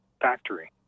factory